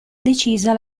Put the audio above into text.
decisa